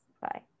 bye